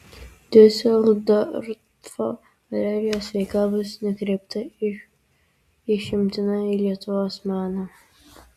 diuseldorfo galerijos veikla bus nukreipta išimtinai į lietuvos meną